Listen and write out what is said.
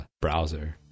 browser